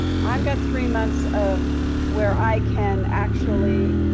i've got three months of where i can actually